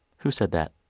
who said that?